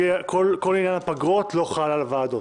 כל עניין הפגרות לא חל על הוועדות.